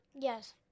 Yes